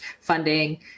funding